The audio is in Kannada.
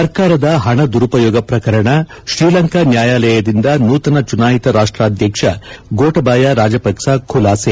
ಸರ್ಕಾರದ ಹಣ ದುರುಪಯೋಗ ಪ್ರಕರಣ ಶ್ರೀಲಂಕಾ ನ್ಯಾಯಾಲಯದಿಂದ ನೂತನ ಚುನಾಯಿತ ರಾಷ್ಟಾಧ್ಯಕ್ಷ ಗೋಟಬಯ ರಾಜಪಕ್ಸ ಖುಲಾಸೆ